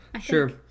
Sure